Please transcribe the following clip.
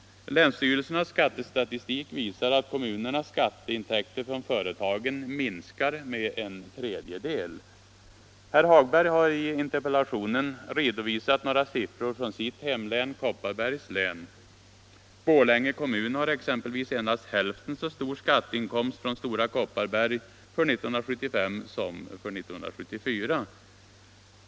Länsstyrelsernas skattestatistik visar att kommunernas skatteintäkter från företagen minskar med en tredjedel. Herr Hagberg har i interpellationen redovisat några siffror från sitt hemlän, Kopparbergs län. Borlänge kommun har exempelvis endast hälften så stor skatteinkomst från Stora Kopparberg för 1975 som för 1974.